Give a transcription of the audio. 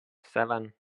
seven